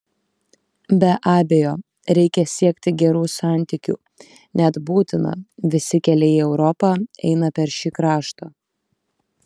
be abejo reikia siekti gerų santykių net būtina visi keliai į europą eina per šį kraštą